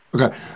Okay